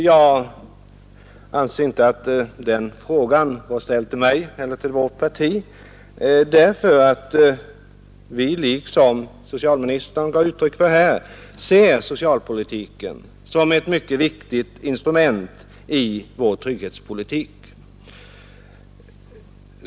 Jag anser inte att den frågan är ställd till mig eller till vårt parti, därför att vi ser — liksom socialministern gav uttryck för — socialpolitiken som ett mycket viktigt instrument i trygghetspolitiken.